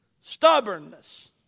Stubbornness